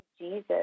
Jesus